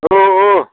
औ औ